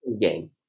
game